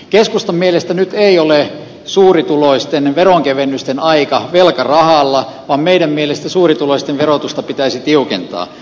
keskustan mielestä nyt ei ole suurituloisten veronkevennysten aika velkarahalla vaan meidän mielestämme suurituloisten verotusta pitäisi tiukentaa